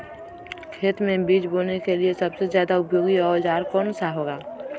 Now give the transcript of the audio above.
खेत मै बीज बोने के लिए सबसे ज्यादा उपयोगी औजार कौन सा होगा?